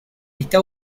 está